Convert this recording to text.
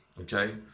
Okay